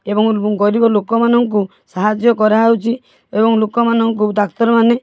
ଏବଂ ଗରିବ ଲୋକମାନଙ୍କୁ ସାହାଯ୍ୟ କରାହେଉଛି ଏବଂ ଲୋକମାନଙ୍କୁ ଡାକ୍ତର ମାନେ